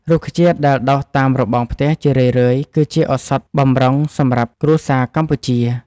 រុក្ខជាតិដែលដុះតាមរបងផ្ទះ ជារឿយៗគឺជាឱសថបម្រុងសម្រាប់គ្រួសារកម្ពុជា។